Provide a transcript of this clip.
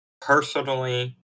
Personally